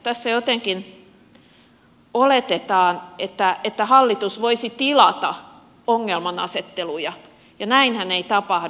tässä jotenkin oletetaan että hallitus voisi tilata ongelmanasetteluja ja näinhän ei tapahdu